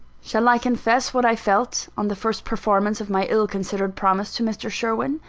shall i confess what i felt, on the first performance of my ill-considered promise to mr. sherwin?